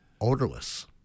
odorless